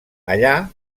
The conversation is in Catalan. allà